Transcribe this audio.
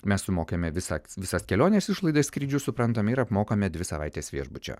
mes sumokime visą visas kelionės išlaidas skrydžius suprantame ir apmokame dvi savaites viešbučio